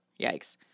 Yikes